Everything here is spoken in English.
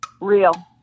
Real